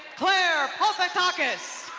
claire polkatakas.